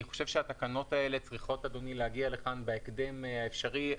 ואני חושב שהתקנות האלה צריכות להגיע לכאן בהקדם האפשרי.